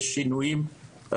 יש אצל אנשים שינויים בתחושה,